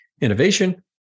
innovation